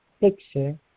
picture